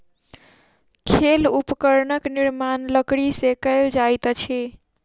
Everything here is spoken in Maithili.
खेल उपकरणक निर्माण लकड़ी से कएल जाइत अछि